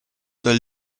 dal